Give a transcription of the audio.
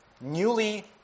newly